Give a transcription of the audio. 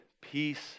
peace